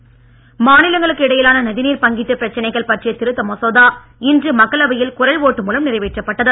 நதிநீர் மாநிலங்களுக்கு இடையிலான நதிநீர் பங்கீட்டு பிரச்சினைகள் பற்றிய திருத்த மசோதா இன்று மக்களவையில் குரல் ஓட்டு மூலம் நிறைவேற்றப்பட்டது